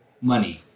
money